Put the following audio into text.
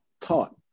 taught